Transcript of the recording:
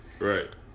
right